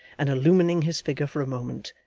and illumining his figure for a moment,